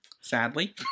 Sadly